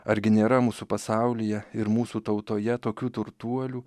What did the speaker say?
argi nėra mūsų pasaulyje ir mūsų tautoje tokių turtuolių